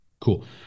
Cool